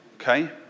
Okay